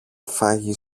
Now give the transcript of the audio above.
φάγει